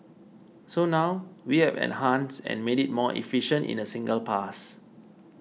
so now we have enhanced and made it more efficient in a single pass